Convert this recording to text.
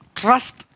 trust